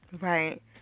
Right